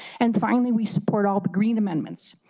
and finally we support all the green amendments,